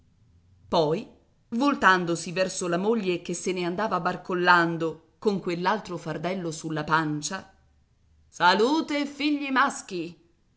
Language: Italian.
poi voltandosi verso la moglie che se ne andava barcollando con quell'altro fardello sulla pancia salute e figli maschi